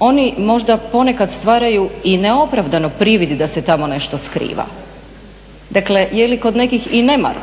oni možda ponekad stvaraju i neopravdano privid da se tamo nešto skriva. Dakle, je li kod nekih i nemar